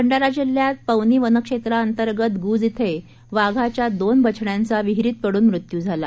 भंडारा जिल्ह्यात पवनी वनक्षेत्रांगत गुज िं वाघाच्या दोन बछड्यांचा विहिरीत पडून मृत्यू झाला